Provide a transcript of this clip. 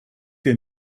dir